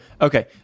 okay